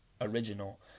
original